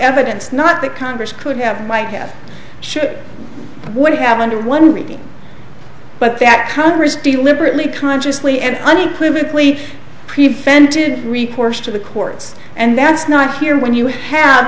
evidence not that congress could have might have should would have under one reading but that congress deliberately consciously and unequivocally prevented recourse to the courts and that's not here when you have